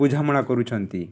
ବୁଝାମଣା କରୁଛନ୍ତି